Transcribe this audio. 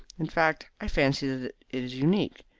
in fact, i fancy that it is unique.